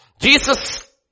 Jesus